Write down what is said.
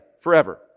forever